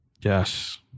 Yes